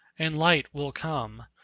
and light will come,